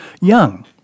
Young